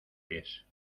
pies